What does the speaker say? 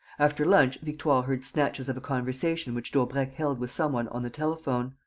after lunch victoire heard snatches of a conversation which daubrecq held with some one on the telephone.